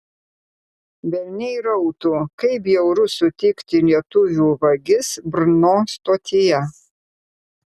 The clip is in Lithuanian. velniai rautų kaip bjauru sutikti lietuvių vagis brno stotyje